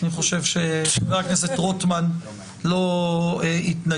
אני חושב שחבר הכנסת רוטמן לא יתנגד.